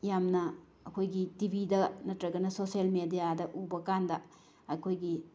ꯌꯥꯝꯅ ꯑꯩꯈꯣꯏꯒꯤ ꯇꯤꯚꯤꯗ ꯅꯠꯇ꯭ꯔꯒꯅ ꯁꯣꯁꯦꯜ ꯃꯦꯗꯤꯌꯥꯗ ꯎꯕꯀꯥꯟꯗ ꯑꯩꯈꯣꯏꯒꯤ